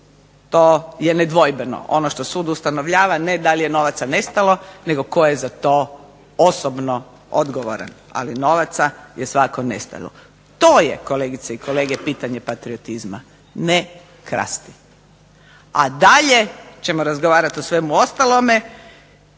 To je nedvojbeno. Ono što sud ustanovljava ne da li je novaca nestalo, nego tko je za to osobno odgovoran, ali novaca je svakako nestalo. To je kolegice i kolege pitanje patriotizma ne krasti, a dalje ćemo razgovarati o svemu ostalome.